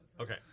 Okay